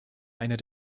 einer